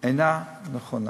אינה נכונה.